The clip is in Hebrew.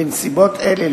בנסיבות אלה,